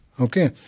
okay